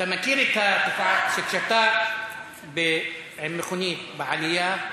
אתה מכיר את התופעה שכשאתה במכונית, בעלייה,